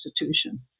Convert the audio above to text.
institution